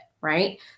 Right